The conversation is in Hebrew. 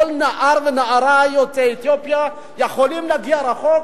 כל נער ונערה יוצאי אתיופיה יכולים להגיע רחוק,